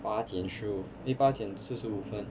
八点十五 eh 八点四十五分